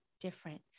different